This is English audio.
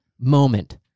moment